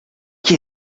qui